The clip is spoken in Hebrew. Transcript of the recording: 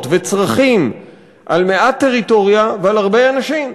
וצרכים על מעט טריטוריה ועל הרבה אנשים.